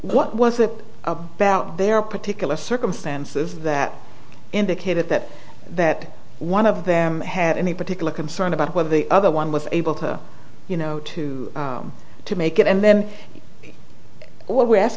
what was it about their particular circumstances that indicated that that one of them had any particular concern about whether the other one was able to you know to to make it and then what we ask